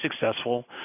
successful